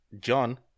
John